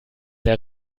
der